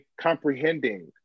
comprehending